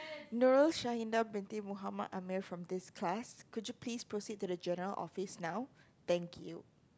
from this class could you please proceed to the general office now thank you